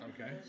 Okay